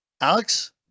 Alex